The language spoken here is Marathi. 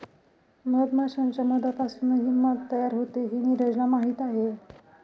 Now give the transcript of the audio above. मधमाश्यांच्या मधापासूनही मध तयार होते हे नीरजला माहीत आहे